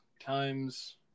times